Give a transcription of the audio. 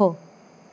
हो